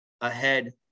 ahead